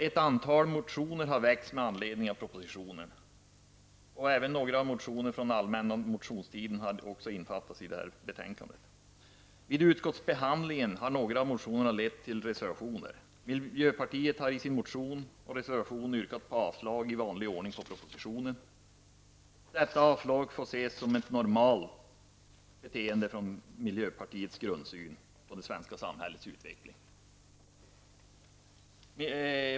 Ett antal motioner har väckts med anledning av propositionen, men även några motioner från allmänna motionstiden. Vid utskottsbehandlingen har några av motionerna lett till reservationer. Miljöpartiet har i sin motion och reservation i vanlig ordning yrkat avslag på propositionen. Detta avslag får ses som normalt utifrån miljöpartiets grundsyn på det svenska samhällets utveckling.